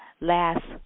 last